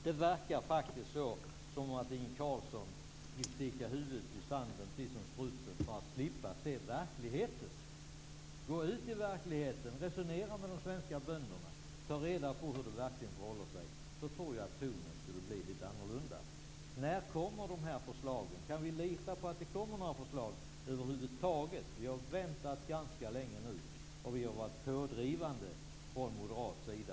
Det verkar som om Inge Carlsson vill sticka huvudet i sanden, precis som strutsen, för att slippa se verkligheten. Gå ut i verkligheten! Resonera med de svenska bönderna! Ta reda på hur det verkligen förhåller sig! Då tror jag att tonen blir lite annorlunda. När kommer de här förslagen? Kan vi lita på att det kommer några förslag över huvud taget? Vi har väntat ganska länge nu, och vi har varit pådrivande från moderat sida.